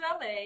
LA